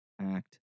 act